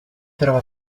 trova